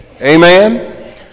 Amen